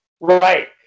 Right